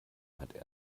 hat